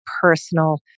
personal